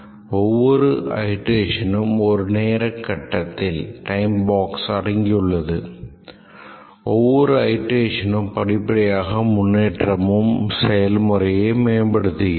ஒவ்வொரு அயிட்ரேஷனும் ஒரு நேரக் கட்டத்தில் படிப்படியாக முன்னேறும் செயல்முறையை மேம்படுத்துகிறது